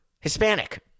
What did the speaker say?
Hispanic